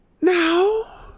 Now